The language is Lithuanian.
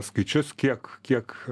skaičius kiek kiek